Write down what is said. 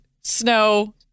snow